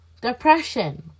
depression